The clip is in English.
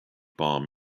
bomb